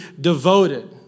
devoted